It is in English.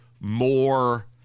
more